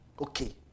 Okay